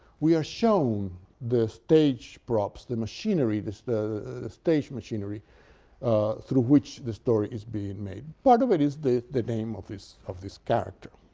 we are shown the stage props, the machinery, the stage machinery through which the story is being made. part of it is the the name of this of this character.